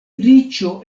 riĉo